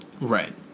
Right